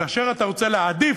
כאשר אתה רוצה להעדיף,